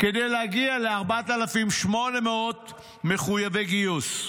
כדי להגיע ל-4,800 מחויבי גיוס.